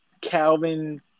Calvin